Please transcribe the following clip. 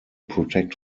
protect